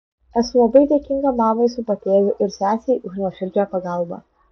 esu labai dėkinga mamai su patėviu ir sesei už nuoširdžią pagalbą